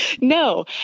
No